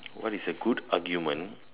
what is a good argument